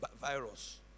virus